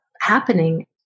happening